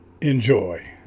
enjoy